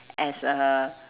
as a